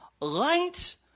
Light